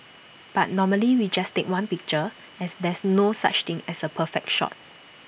but normally we just take one picture as there's no such thing as A perfect shot